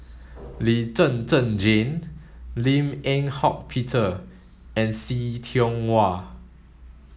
Lee Zhen Zhen Jane Lim Eng Hock Peter and See Tiong Wah